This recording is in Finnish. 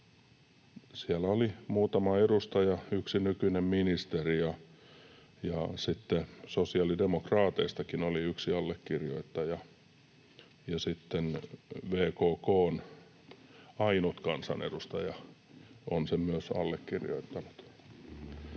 muutama edustaja, yksi nykyinen ministeri, ja sitten sosiaalidemokraateistakin oli yksi allekirjoittaja, ja VKK:n ainut kansanedustaja on sen myös allekirjoittanut.